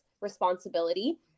responsibility